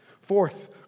Fourth